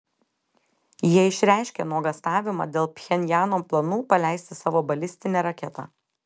jie išreiškė nuogąstavimą dėl pchenjano planų paleisti savo balistinę raketą